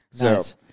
Nice